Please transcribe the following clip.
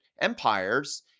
empires